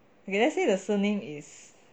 okay let's say the surname is